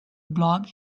blog